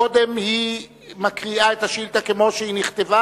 קודם היא מקריאה את השאילתא כפי שהיא נכתבה.